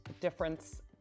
difference